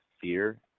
fear